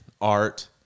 art